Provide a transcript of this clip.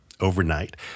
Overnight